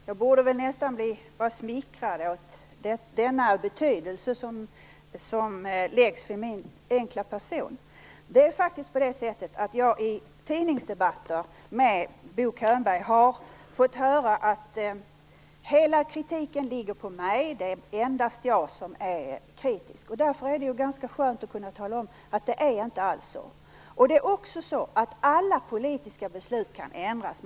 Fru talman! Jag borde nästan vara smickrad av den betydelse som läggs vid min enkla person. Det är faktiskt på det sättet att jag i tidningsdebatter med Bo Könberg har fått höra att hela kritiken ligger hos mig, och det är endast jag som är kritisk. Det är därför ganska skönt att kunna tala om att det inte alls är så. Alla politiska beslut kan ändras.